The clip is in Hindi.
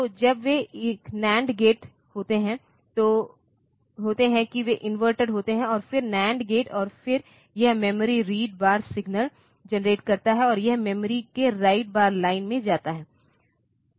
तो जब वे एक NAND गेट होते हैं कि वे इनवर्टेड होते हैं और फिर NAND गेट और फिर यह memory read bar signal generate करता है और यह मेमोरी के राइट बार लाइन में जाता है